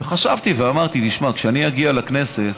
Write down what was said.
חשבתי ואמרתי: כשאני אגיע לכנסת,